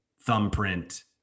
thumbprint